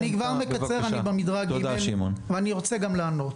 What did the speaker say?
אני כבר מקצר, אני במדרג ג' ואני רוצה גם לענות.